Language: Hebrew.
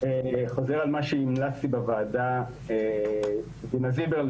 על מה שהמלצתי בוועדה עם דינה זילבר,